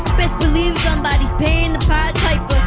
best believe somebody's paying the pied piper.